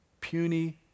puny